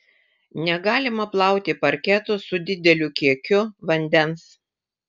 negalima plauti parketo su dideliu kiekiu vandens